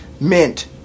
mint